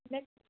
അതെ